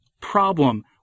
problem